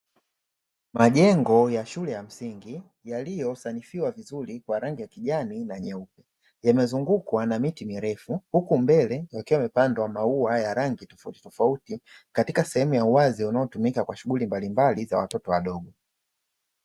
Majengo ya shule ya msingi yaliyosanifiwa vizuri kwa rangi ya kijani na nyeupe, yamezungukwa na miti mirefu huku mbele yakiwa yamepandwa maua ya rangi tofautitofauti katika sehemu ya uwazi; unaotumika kwa shughuli mbalimbali za watoto wadogo.